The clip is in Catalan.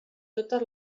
totes